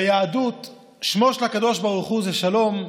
ביהדות שמו של הקדוש ברוך הוא הוא "שלום",